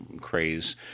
craze